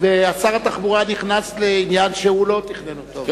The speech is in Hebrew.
שר התחבורה נכנס לעניין שהוא לא תכנן אותו,